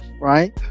Right